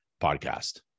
podcast